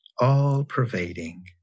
all-pervading